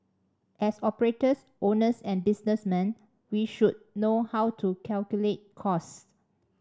as operators owners and businessmen we should know how to calculate costs